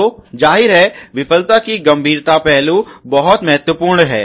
तो जाहिर है विफलता की गंभीरता पहलु बहुत महत्वपूर्ण है